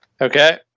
Okay